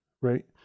right